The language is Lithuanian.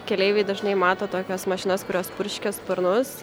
keleiviai dažnai mato tokias mašinas kurios purškia sparnus